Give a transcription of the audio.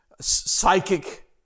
psychic